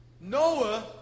Noah